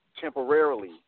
temporarily